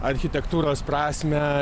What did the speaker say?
architektūros prasmę